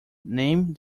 name